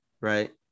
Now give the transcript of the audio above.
Right